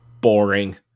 boring